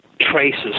traces